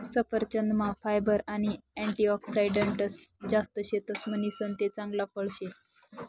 सफरचंदमा फायबर आणि अँटीऑक्सिडंटस जास्त शेतस म्हणीसन ते चांगल फळ शे